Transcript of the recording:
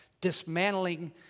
dismantling